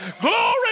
glory